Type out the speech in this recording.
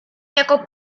jako